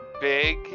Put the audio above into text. big